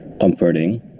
comforting